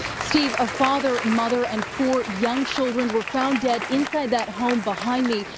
steve, a father, mother and four young children were found dead inside that home behind me.